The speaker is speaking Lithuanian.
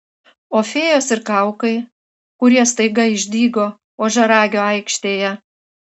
o fėjos ir kaukai kurie staiga išdygo ožiaragio aikštėje